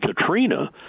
Katrina